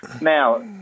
Now